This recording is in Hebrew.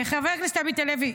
חבר הכנסת עמית הלוי,